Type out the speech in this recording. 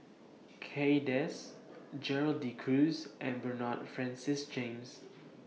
Kay Das Gerald De Cruz and Bernard Francis James